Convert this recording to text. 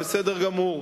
בסדר גמור.